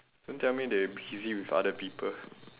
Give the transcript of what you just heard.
don't tell me they busy with other people